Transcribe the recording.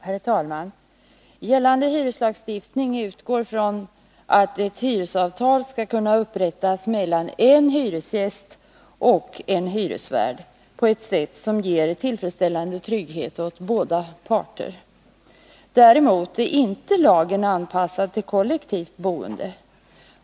Herr talman! Gällande hyreslagstiftning utgår från att ett hyresavtal skall kunna upprättas mellan en hyresgäst och en hyresvärd på ett sätt som ger tillfredsställande trygghet för båda parter. Däremot är inte lagen anpassad till kollektivt boende.